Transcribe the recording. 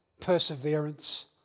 perseverance